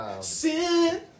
Sin